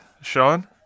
Sean